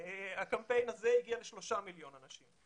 הקמפיין הזה הגיע לשלושה מיליון אנשים,